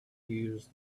use